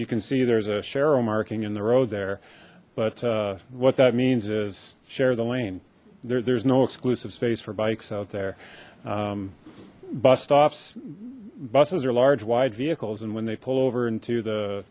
you can see there's a cheryl marking in the road there but what that means is share the lane there's no exclusive space for bikes out there bus stops buses are large wide vehicles and when they pull over into the